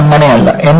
ഇത് അങ്ങനെയല്ല